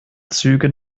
züge